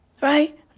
Right